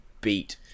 beat